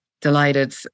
delighted